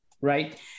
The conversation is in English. right